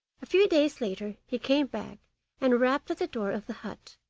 a few days later he came back and rapped at the door of the hut.